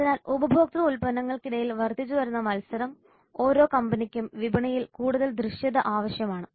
അതിനാൽ ഉപഭോക്തൃ ഉൽപ്പന്നങ്ങൾക്കിടയിൽ വർദ്ധിച്ചുവരുന്ന മത്സരം ഓരോ കമ്പനിക്കും വിപണിയിൽ കൂടുതൽ ദൃശ്യത ആവശ്യമാണ്